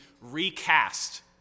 recast